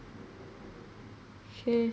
okay